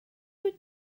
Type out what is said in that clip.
wyt